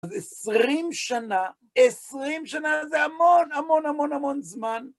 אז עשרים שנה, עשרים שנה זה המון, המון, המון, המון זמן.